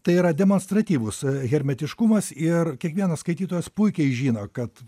tai yra demonstratyvus hermetiškumas ir kiekvienas skaitytojas puikiai žino kad